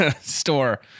store